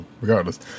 regardless